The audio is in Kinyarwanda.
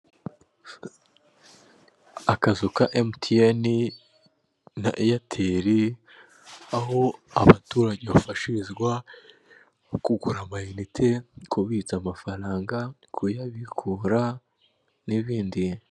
Akazu ka MTN na Airtel, aho abaturage bafashirizwa mu kugura amayinite ,kubitsa amafaranga, kuyabikura n'ibindi.